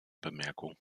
bemerkung